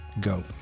go